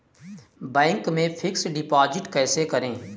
Bank में fix deposit कैसे करें?